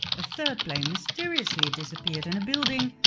a third plane mysteriously disappeared in a building